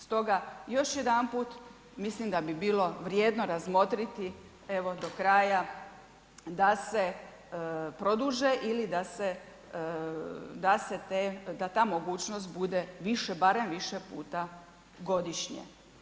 Stoga još jedanput, mislim da bi bilo vrijedno razmotriti evo do kraja da se produže ili da ta mogućnost bude više, barem više puta godišnje.